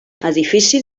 edifici